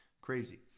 Crazy